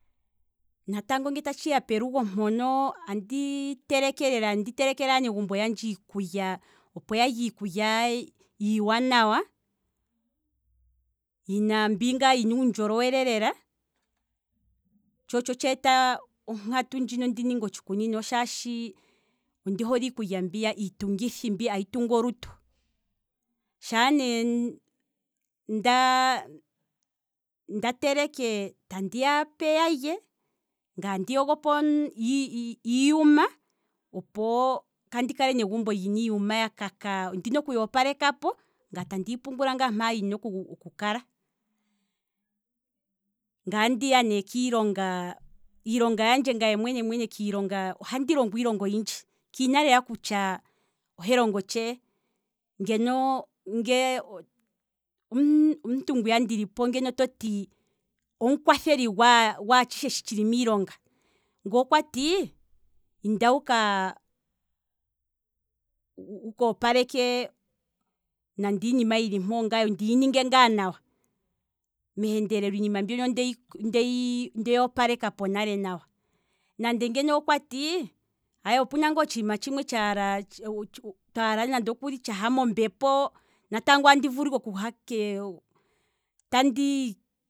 Natango ngele ta tshiya pelugo mpono, ohandi telekele aanegumbo yandje iikulya opo yalye iikulya iiwanawa, yina, mbi ngaa yina uundjolowele lela, tsho otsho tsheeta ponkatu mpaka ndi ninge otshikunino lela, ondoole iikulya mbi ayi tungu olutu, shaa ne ndaaa nda teleke tandi tandi yape yalye, ngaa tandi yogopo iiyuma, opo kandi kale negumbo lyina iiyuma ya kaka ondina okuyi opalekapo ngaye tandi yi pungula ngaa mpa yina oku kala, ngaa ndiya ne kiilonga, ngaye mwene mwene ohandi longo iilonga oyindji, kiina lela kutya ohe longo tshee, ngeno ngee muntu ngwiya ndi lipo ototi omukwatheli gwaatshishe shi tshili miilonga, ngoo kwati, inda wuka opaleke nande iinima yili mpoo ndiyi ninge ngaa nawa, meendelelo iinima mbyono ondeyi ndeyi opaleka po nale nawa. nande ngeno kwati, opena otshiima tshimwe twala ngaa tshaha mombepo natango andi vulu ike okuha kee, tandiii